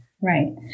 Right